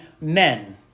men